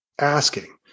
asking